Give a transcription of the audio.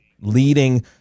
leading